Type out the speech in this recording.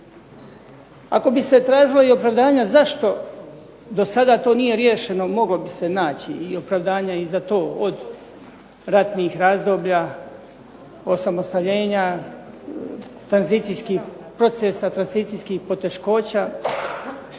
Ako bi se tražilo i opravdanja zašto do sada to nije riješeno moglo bi se naći i opravdanja i za to od ratnih razdoblja osamostaljenja, tranzicijskih procesa, tranzicijskih poteškoća.